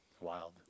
Wild